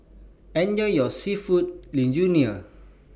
Enjoy your Seafood Linguine